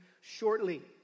shortly